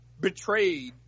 betrayed